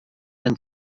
ein